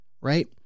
right